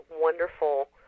wonderful